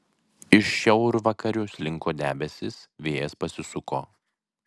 iš šiaurvakarių slinko debesys vėjas pasisuko